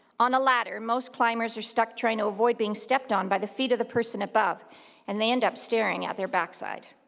on a ladder most climbers are stuck trying to avoid being stepped on by the feet of the person above and they end up staring at their backside.